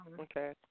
Okay